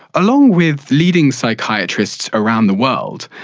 along with leading psychiatrists around the world,